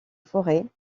forêts